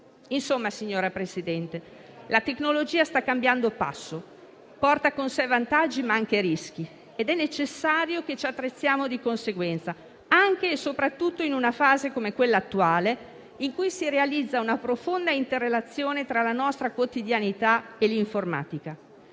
In sostanza, signor Presidente, la tecnologia sta cambiando passo: porta con sé vantaggi, ma anche rischi, ed è necessario che ci attrezziamo di conseguenza, anche e soprattutto in una fase come quella attuale, in cui si realizza una profonda interrelazione tra la nostra quotidianità e l'informatica.